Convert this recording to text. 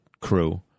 crew